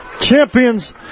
champions